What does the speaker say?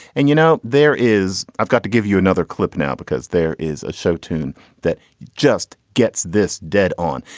and you know, there is i've got to give you another clip now because there is a show tune that just gets this dead on.